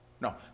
no